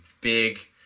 big